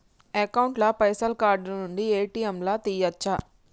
Account ల పైసల్ card నుండి ఏ.టి.ఎమ్ లా తియ్యచ్చా?